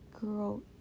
girl